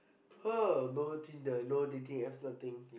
uh no tinder no dating apps nothing